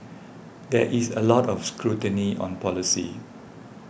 there is a lot of scrutiny on policy